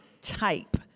type